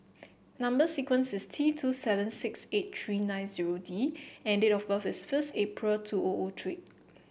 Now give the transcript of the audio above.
number sequence is T two seven six eight three nine zero D and date of birth is first April two O O three